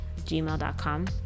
gmail.com